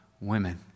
women